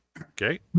Okay